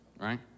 Right